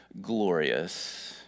glorious